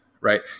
right